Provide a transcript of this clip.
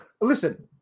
listen